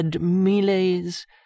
miles